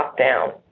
lockdown